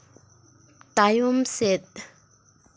ᱛᱟᱭᱚᱢ ᱥᱮᱫ